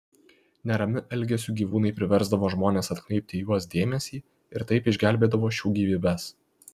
neramiu elgesiu gyvūnai priversdavo žmones atkreipti į juos dėmesį ir taip išgelbėdavo šių gyvybes